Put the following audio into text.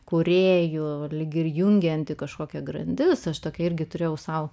kūrėjų lyg ir jungianti kažkokia grandis aš tokia irgi turėjau sau